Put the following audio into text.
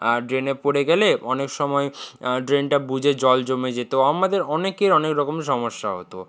আর ড্রেনে পড়ে গেলে অনেক সময় ড্রেনটা বুজে জল জমে যেত আমাদের অনেকের অনেক রকম সমস্যা হতো